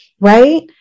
right